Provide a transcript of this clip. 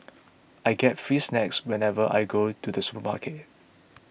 I get free snacks whenever I go to the supermarket